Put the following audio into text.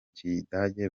kidage